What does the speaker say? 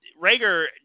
Rager